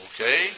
Okay